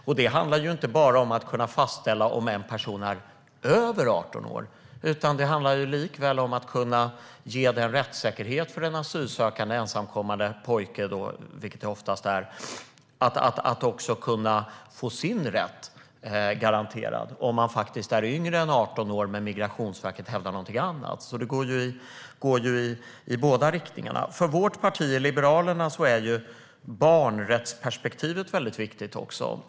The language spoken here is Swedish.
Det handlar inte bara om att kunna fastställa om en person är över 18 år, utan det handlar likaväl om rättssäkerheten för en asylsökande ensamkommande pojke, vilket det oftast är, att kunna få sin rätt garanterad om han faktiskt är yngre än 18 år men Migrationsverket hävdar någonting annat. Detta går alltså i båda riktningarna. För Liberalerna är barnrättsperspektivet också väldigt viktigt.